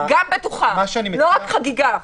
גם בטוחה ולא רק חגיגה.